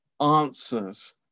answers